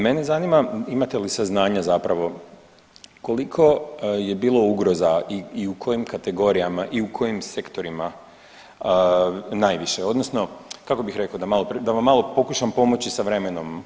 Mene zanima imate li saznanja zapravo koliko je bilo ugroza i u kojim kategorijama i u kojim sektorima najviše, odnosno kako bih rekao da vam malo pokušam pomoći sa vremenom.